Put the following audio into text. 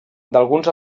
d’alguns